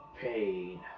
Pain